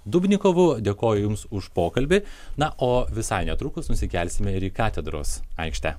dubnikovu dėkoju jums už pokalbį na o visai netrukus nusikelsime ir į katedros aikštę